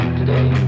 today